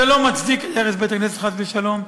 זה לא מצדיק הרס בית-כנסת, חס ושלום.